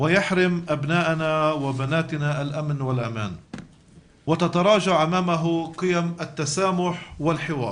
וגם נתונים עליהם אנחנו למדים על כך שאחוז התיקים הנפתחים בכלל